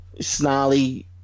snarly